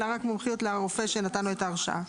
אלא רק מומחיות לרופא שנתן לו את ההרשאה.